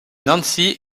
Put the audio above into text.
nancy